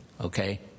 okay